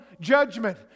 judgment